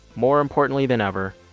more importantly than ever,